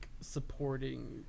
supporting